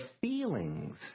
feelings